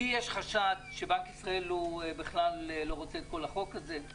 לי יש חשד שבנק ישראל לא רוצה את כל החוק הזה.